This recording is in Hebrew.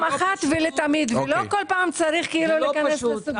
אחת ולתמיד ולא כל פעם צריך להיכנס לסוגיה.